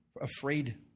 afraid